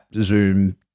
Zoom